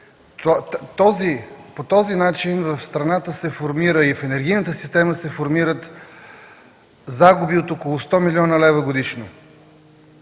По този начин в страната и в енергийната система се формират загуби от около 100 млн. лв. годишно.